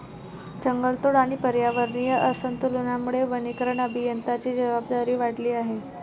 जंगलतोड आणि पर्यावरणीय असंतुलनामुळे वनीकरण अभियंत्यांची जबाबदारी वाढली आहे